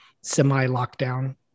semi-lockdown